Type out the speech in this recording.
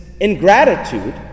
ingratitude